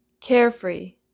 carefree